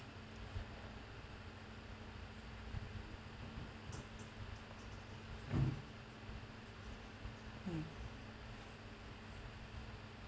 mm